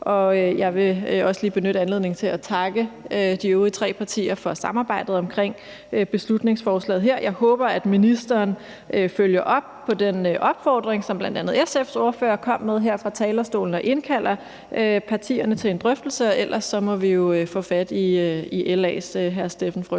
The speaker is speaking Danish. jeg vil også lige benytte anledningen til at takke de øvrige tre partier for samarbejdet omkring beslutningsforslaget her. Jeg håber, at ministeren følger op på den opfordring, som bl.a. SF's ordfører kom med her fra talerstolen, og indkalder partierne til en drøftelse. Ellers må vi jo få fat i LA's hr. Steffen W.